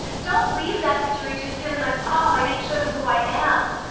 don't leave that situation feeling like, oh, i didn't show them who i am.